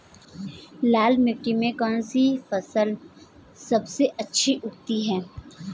लाल मिट्टी में कौन सी फसल सबसे अच्छी उगती है?